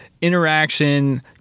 interaction